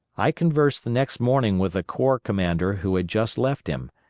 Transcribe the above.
i conversed the next morning with a corps commander who had just left him.